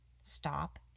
Stop